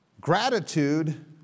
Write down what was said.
Gratitude